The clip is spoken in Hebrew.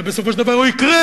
הרי בסופו של דבר הוא יקרה.